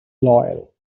loyal